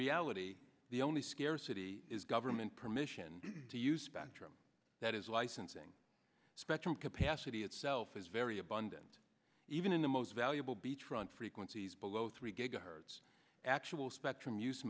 reality the only scarcity is government permission to use bactrim that is licensing spectrum capacity itself is very abundant even in the most valuable beachfront frequencies below three gigahertz actual spectrum use